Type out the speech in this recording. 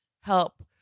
help